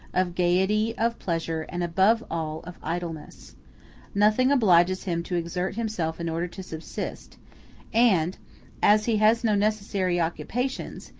of gayety, of pleasure, and above all of idleness nothing obliges him to exert himself in order to subsist and as he has no necessary occupations,